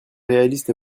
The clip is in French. réaliste